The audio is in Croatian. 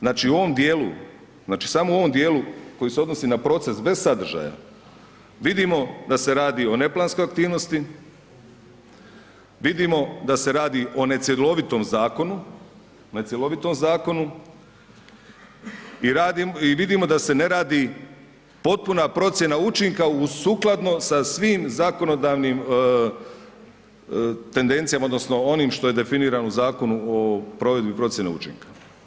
Znači u ovom djelu, znači samo u ovom djelu koji se odnosi na proces bez sadržaja, vidimo da se radi o neplanskoj aktivnosti, vidimo da se radi o necjelovitom zakonu i vidimo da se ne radi potpuna procjena učinka sukladno sa svim zakonodavnim tendencijama odnosno onim što je definirano u Zakonu o provedbi procjene učinka.